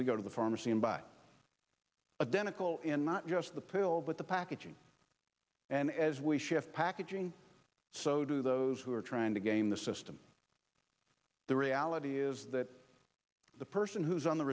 we go to the pharmacy and buy adenike all in not just the pill but the packaging and as we shift packaging so do those who are trying to game the system the ality is that the person who's on the